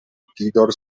tildor